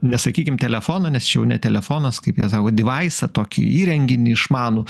nesakykim telefoną nes čia jau ne telefonas kaip jie sako devaisą tokį įrenginį išmanų